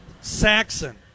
Saxon